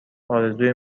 ارزوی